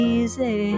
Easy